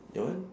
that one